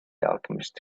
alchemist